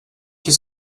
his